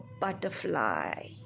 butterfly